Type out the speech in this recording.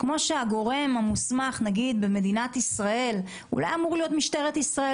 כמו שהגורם המוסמך במדינת ישראל אולי אמור להיות משטרת ישראל